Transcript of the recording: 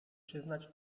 przyznać